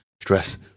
stress